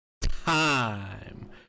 time